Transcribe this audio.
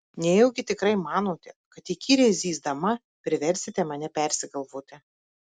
nejaugi tikrai manote kad įkyriai zyzdama priversite mane persigalvoti